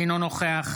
אינו נוכח